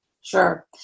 sure